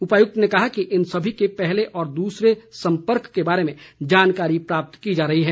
उपायुक्त ने कहा कि इन सभी के पहले व दूसरे सम्पर्क के बारे में जानकारी प्राप्त की जा रही है